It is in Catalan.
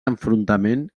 enfrontament